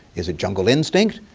is it jungle instinct,